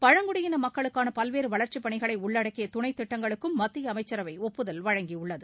பழங்குடியின மக்களுக்கான பல்வேறு வளர்ச்சிப் பணிகளை உள்ளடக்கிய துணைத் திட்டங்களுக்கும் மத்திய அமைச்சரவை ஒப்புதல் வழங்கியுள்ளது